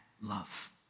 love